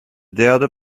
derde